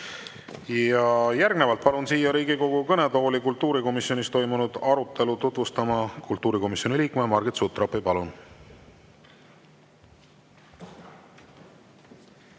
Järgnevalt palun siia Riigikogu kõnetooli kultuurikomisjonis toimunud arutelu tutvustama kultuurikomisjoni liikme Margit Sutropi. Palun!